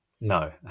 No